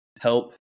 help